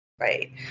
right